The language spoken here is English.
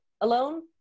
Alone